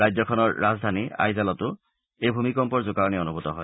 ৰাজ্যখনৰ ৰাজধানী আইজলতো এই ভূঁইকঁপৰ জোকাৰণি অনুভূত হয়